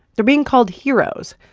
they're being called heroes,